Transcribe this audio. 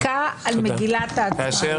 יש יריקה על מגילת העצמאות.